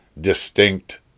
distinct